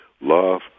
Love